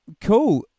cool